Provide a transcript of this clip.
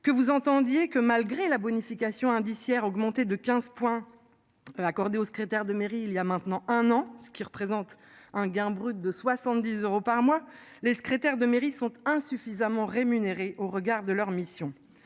que vous entendiez que malgré la bonification indiciaire augmenté de 15. Accordés au secrétaire de mairie, il y a maintenant un an, ce qui représente un gain brut de 70 euros par mois. Les secrétaires de mairie sont insuffisamment rémunéré au regard de leur mission.